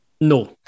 no